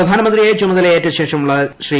പ്രധാനമന്ത്രിയായി ചുമതലയേറ്റ ശേഷമുള്ള ശ്രീ